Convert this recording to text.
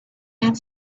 and